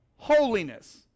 Holiness